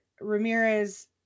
Ramirez